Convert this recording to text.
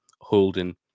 holding